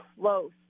close